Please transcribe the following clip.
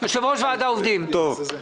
יושב-ראש ועד העובדים, בבקשה.